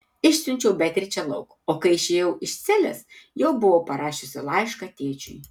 išsiunčiau beatričę lauk o kai išėjau iš celės jau buvau parašiusi laišką tėčiui